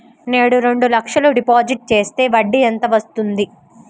నేను రెండు లక్షల డిపాజిట్ చేస్తే వడ్డీ ఎంత వస్తుంది?